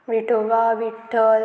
Vithoba Vitthal